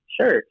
Sure